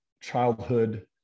childhood